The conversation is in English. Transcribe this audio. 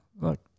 look